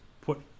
put